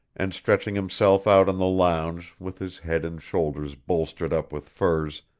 and stretching himself out on the lounge with his head and shoulders bolstered up with furs,